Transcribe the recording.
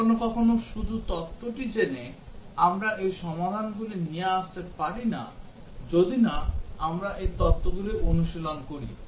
কখনও কখনও শুধু তত্ত্বটি জেনে আমরা এই সমাধানগুলি নিয়ে আসতে পারি না যদি না আমরা এই তত্ত্বগুলি অনুশীলন করি